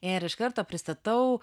ir iš karto pristatau